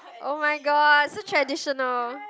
oh-my-god so traditional